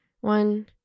one